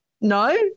No